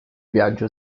viaggio